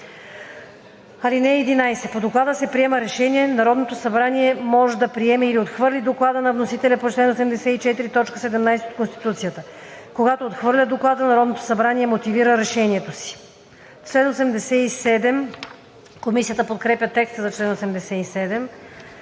63. (11) По доклада се приема решение. Народното събрание може да приеме или да отхвърли доклада на вносителя по чл. 84, т. 17 от Конституцията. Когато отхвърля доклада, Народното събрание мотивира решението си.“ Комисията подкрепя текста за чл. 87.